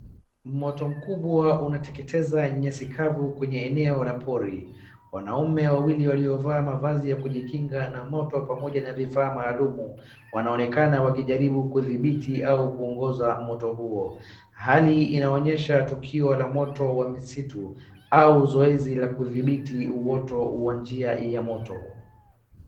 Moto mkubwa unateketeza nyasi kavu kwenye eneo la pori. Wanaume wawili waliovaa mavazi ya kujikinga na moto pamoja na vifaa maalumu wanaonekana wakijaribu kudhibiti au kuongoza moto huo. Hali inaonyesha tukio la moto wa misitu au zoezi la kudhibiti uoto wa njia ya moto.